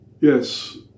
Yes